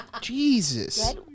Jesus